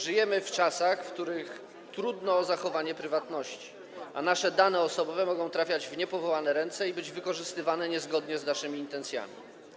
Żyjemy w czasach, w których trudno o zachowanie prywatności, a nasze dane osobowe mogą trafiać w niepowołane ręce i być wykorzystywane niezgodnie z naszymi intencjami.